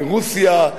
מרוסיה,